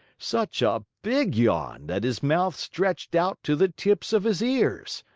such a big yawn that his mouth stretched out to the tips of his ears.